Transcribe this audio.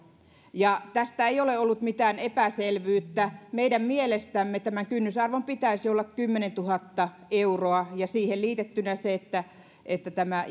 ja tästä ei ole ollut mitään epäselvyyttä meidän mielestämme tämän kynnysarvon pitäisi olla kymmenentuhatta euroa ja siihen liitettynä se että että tämä